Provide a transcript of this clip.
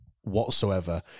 whatsoever